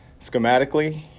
schematically